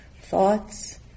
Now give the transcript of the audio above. thoughts